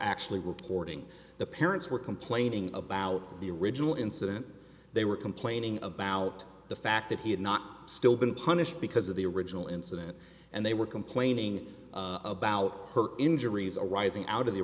actually will porting the parents were complaining about the original incident they were complaining about the fact that he had not still been punished because of the original incident and they were complaining about her injuries arising out of the